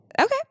Okay